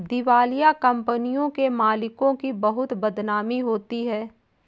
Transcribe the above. दिवालिया कंपनियों के मालिकों की बहुत बदनामी होती है